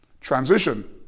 Transition